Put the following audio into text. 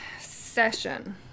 session